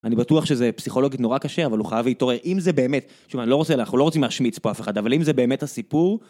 אני בטוח שזה פסיכולוגית נורא קשה, אבל הוא חייב להתעורר, אם זה באמת... תשמע, אני לא רוצה לה... אנחנו לא רוצים להשמיץ פה אף אחד, אבל אם זה באמת הסיפור...